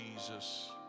Jesus